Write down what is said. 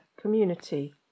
community